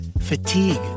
fatigue